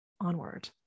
onward